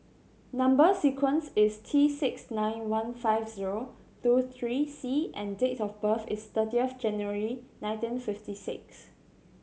number sequence is T six nine one five zero two three C and date of birth is thirtieth January nineteen fifty six